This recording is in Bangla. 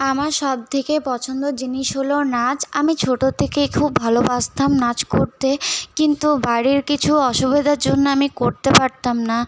আমার সব থেকে পছন্দর জিনিস হলো নাচ আমি ছোটো থেকেই খুব ভালবাসতাম নাচ করতে কিন্তু বাড়ির কিছু অসুবিধার জন্য আমি করতে পারতাম না